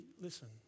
Listen